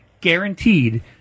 guaranteed